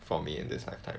for me in this lifetime